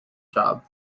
job